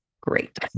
great